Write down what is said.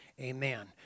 Amen